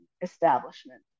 establishment